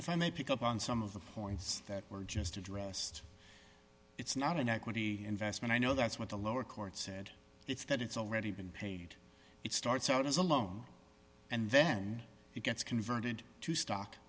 if i may pick up on some of the points that were just addressed it's not an equity investment i know that's what the lower court said it's that it's already been paid it starts out as a loan and then it gets converted to st